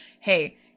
hey